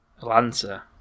Lancer